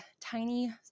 tiny